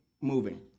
moving